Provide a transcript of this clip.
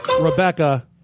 Rebecca